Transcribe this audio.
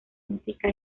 música